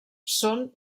són